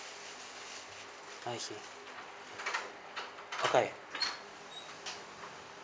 I see okay